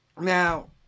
now